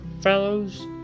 fellows